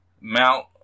Mount